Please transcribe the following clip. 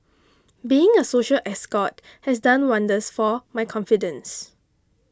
being a social escort has done wonders for my confidence